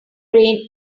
brain